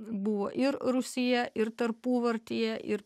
buvo ir rūsyje ir tarpuvartėje ir